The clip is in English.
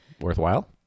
worthwhile